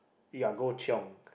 ya go chiong